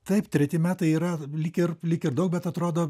kaip treti metai yra lyg ir lyg ir daug bet atrodo